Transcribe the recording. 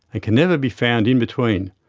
and can never be found in between.